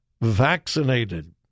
vaccinated